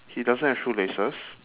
he doesn't have shoelaces